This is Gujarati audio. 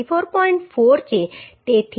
4 છે તેથી 201